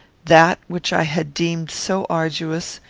that which i had deemed so arduous,